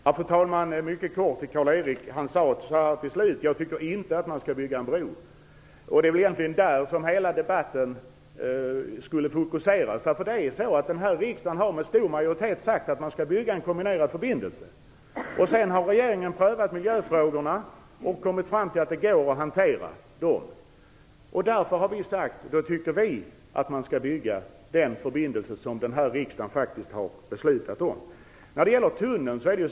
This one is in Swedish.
Fru talman! Mycket kort till Karl-Erik Persson, som i slutet av sin replik sade att han inte tycker att man skall bygga en bro, vill jag säga att det är väl just på detta som hela debatten borde fokuseras. Denna riksdag har med stor majoritet röstat för att man skall bygga en kombinerad förbindelse. Regeringen har sedan prövat miljöfrågorna och kommit fram till att de går att hantera. Därför tycker vi att man skall bygga den förbindelse som denna riksdag faktiskt har beslutat om. Frågan om tunneln är prövad.